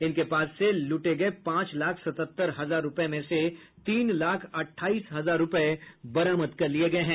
उनके पास से लूटे गये पांच लाख सतहत्तर हजार रूपये में से तीन लाख अठाईस हजार रूपये बरामद कर लिये गये हैं